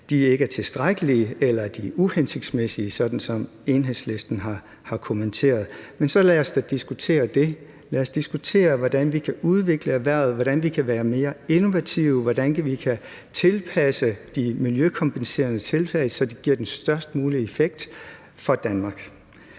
ikke er tilstrækkelige eller uhensigtsmæssige, sådan som Enhedslisten har kommenteret. Men så lad os da diskutere det. Lad os diskutere, hvordan vi kan udvikle erhvervet, hvordan vi kan være mere innovative, hvordan vi kan tilpasse de miljøkompenserende tiltag, så de giver den størst mulige effekt for Danmark.